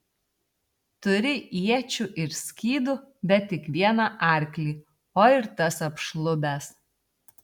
turi iečių ir skydų bet tik vieną arklį o ir tas apšlubęs